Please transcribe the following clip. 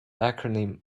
acronym